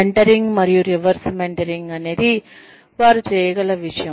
mentoring మరియు reverse mentoring అనేది వారు చేయగల విషయం